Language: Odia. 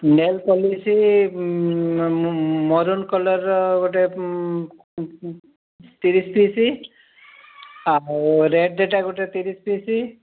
ନେଲ୍ ପଲିସ୍ ମରୁନ୍ କଲର୍ ଗୋଟେ ତିରିଶ ପିସ୍ ଆଉ ରେଡ଼୍ଟା ଗୋଟେ ତିରିଶ ପିସ୍